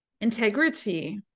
Integrity